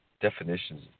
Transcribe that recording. Definitions